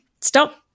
stop